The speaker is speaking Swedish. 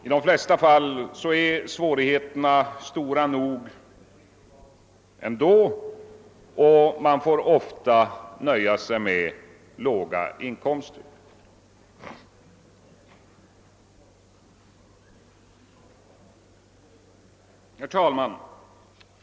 I de flesta fall är deras svårigheter stora nog ändå, och de får ofta nöja sig med låga inkomster.